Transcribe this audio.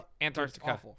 Antarctica